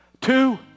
two